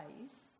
ways